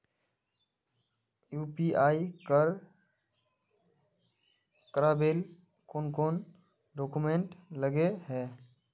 UPI कर करावेल कौन कौन डॉक्यूमेंट लगे है?